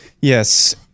Yes